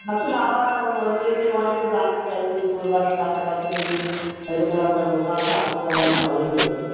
আসলে আমার রিলেটিভ অনেকে জানতে চাইছে তোর বাড়ির কাছাকাছি যদি এরকম একটা দোকান থাকতো তাহলে ভালোই হতো